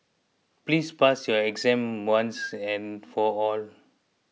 please pass your exam once and for all